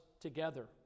together